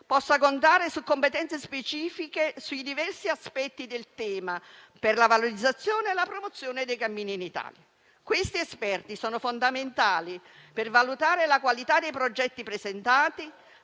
possa contare su competenze specifiche sui diversi aspetti del tema per la valorizzazione e la promozione dei cammini in Italia. Questi esperti sono fondamentali per valutare la qualità dei progetti presentati,